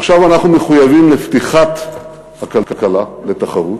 עכשיו אנחנו מחויבים לפתיחת הכלכלה לתחרות.